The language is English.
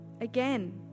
Again